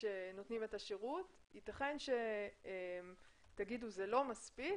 שנותנים את השירות יתכן שתגידו שזה לא מספיק